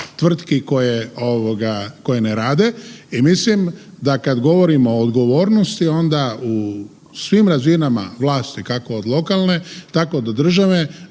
tvrtki koje ovoga ne rade. I mislim da kad govorimo o odgovornosti onda u svim razinama vlasti, kako od lokalne tako do državne